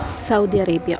Saudi Arabia